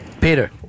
Peter